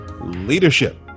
Leadership